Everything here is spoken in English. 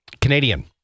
Canadian